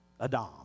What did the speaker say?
Adam